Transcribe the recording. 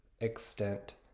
extent